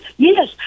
Yes